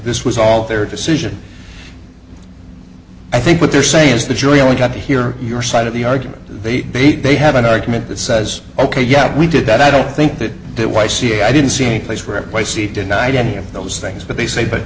this was all their decision i think what they're saying is the jury only got to hear your side of the argument they beat they have an argument that says ok yeah we did that i don't think that did y c i didn't see a place where my seat denied any of those things but they say but